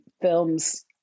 films